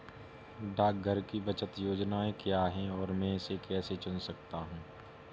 डाकघर की बचत योजनाएँ क्या हैं और मैं इसे कैसे चुन सकता हूँ?